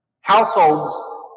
Households